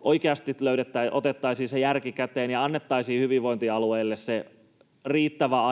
oikeasti otettaisiin se järki käteen ja annettaisiin hyvinvointialueille riittävä